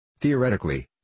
Theoretically